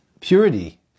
purity